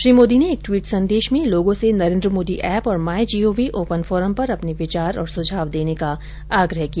श्री मोदी ने एक ट्वीट संदेश में लोगों से नरेन्द्र मोदी ऐप और my G O V open forum पर अपने विचार और सुझाव देने का आग्रह किया